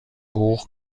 بوق